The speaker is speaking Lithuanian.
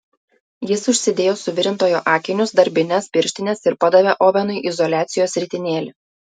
jis užsidėjo suvirintojo akinius darbines pirštines ir padavė ovenui izoliacijos ritinėlį